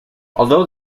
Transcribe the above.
although